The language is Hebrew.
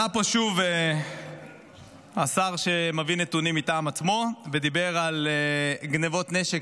עלה פה שוב השר שמביא נתונים מטעם עצמו ודיבר על גנבות נשק,